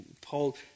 Paul